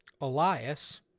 Elias